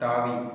தாவி